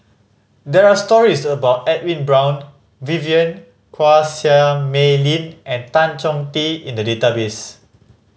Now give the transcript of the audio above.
there are stories about Edwin Brown Vivien Quahe Seah Mei Lin and Tan Chong Tee in the database